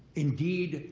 indeed,